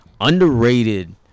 underrated